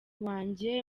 wanjye